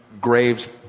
graves